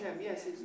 Yes